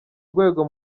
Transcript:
rwego